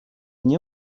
nie